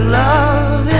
love